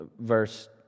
verse